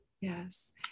yes